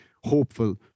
hopeful